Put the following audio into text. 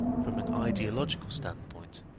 from an ideological standpoint,